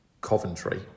Coventry